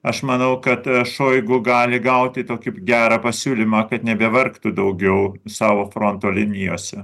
aš manau kad šoigu gali gauti tokį gerą pasiūlymą kad nebevargtų daugiau savo fronto linijose